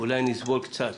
אולי נסבול קצת